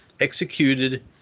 executed